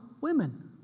women